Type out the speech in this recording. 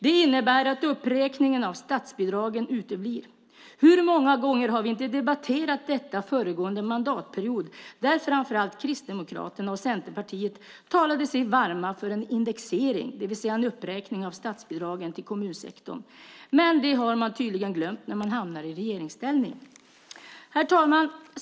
Det innebär att uppräkningen av statsbidragen uteblir. Hur många gånger debatterade vi inte detta föregående mandatperiod, då framför allt Kristdemokraterna och Centerpartiet talade sig varma för en indexering, det vill säga en uppräkning av statsbidragen till kommunsektorn. Men det har man tydligen glömt när man hamnar i regeringsställning. Herr talman!